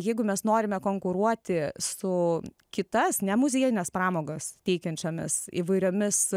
jeigu mes norime konkuruoti su kitas nemuziejinės pramogas teikiančiomis įvairiomis